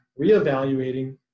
reevaluating